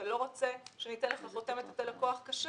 אתה לא רוצה שניתן לך חותמת שאתה לקוח כשר?